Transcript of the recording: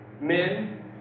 Men